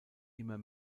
immer